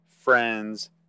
friends